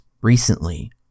recently